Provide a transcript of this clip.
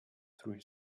through